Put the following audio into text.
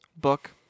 book